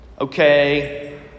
okay